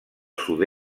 sud